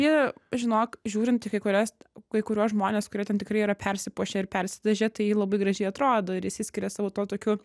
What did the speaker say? jie žinok žiūrint į kurias kai kuriuos žmones kurie ten tikrai yra persipuošę ir persidažę tai labai gražiai atrodo ir išsiskiria savo tuo tokiu